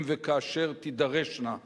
אם וכאשר תידרשנה החלטות.